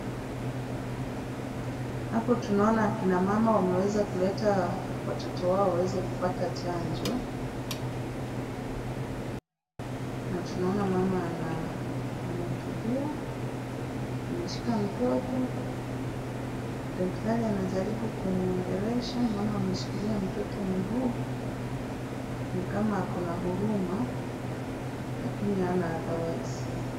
Hapo tunaona akina mama wameweza kuleta watoto wao waweza kupata chanjo na tunaona mama anatulia ameshika mtoto. Daktari anajaribu kumuongelesha, mama ameshikilia mtoto mguu ni kama ako na huruma lakini hana otherwise .